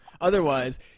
Otherwise